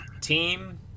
team